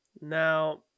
Now